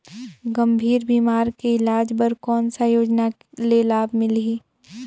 गंभीर बीमारी के इलाज बर कौन सा योजना ले लाभ मिलही?